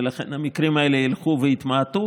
ולכן המקרים האלה ילכו ויתמעטו.